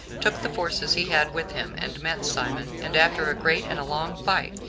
took the forces he had with him, and met simon, and after a great and a long fight,